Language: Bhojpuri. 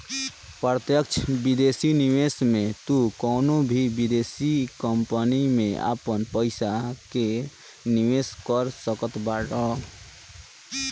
प्रत्यक्ष विदेशी निवेश में तू कवनो भी विदेश कंपनी में आपन पईसा कअ निवेश कअ सकत बाटअ